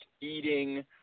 eating